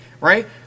right